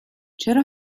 چرا